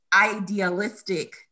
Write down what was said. idealistic